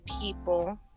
people